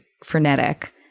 frenetic